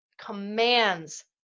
commands